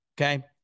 Okay